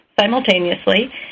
simultaneously